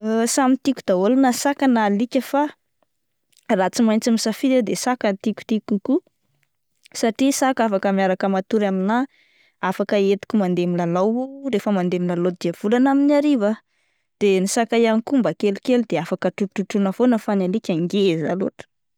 Samy tiako daholo na saka na alika fa raha tsy maintsy misafidy ah de saka no tikotiko kokoa satria saka afaka miaraka matory aminah, afaka entiko mandeha milalao rehefa mandeha milalao diavolana amin'ny hariva aho, de ny saka ihany ko mba kelikely de afaka trotrotroina foana fa ny alika ngeza loatra.